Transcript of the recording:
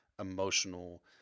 emotional